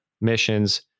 missions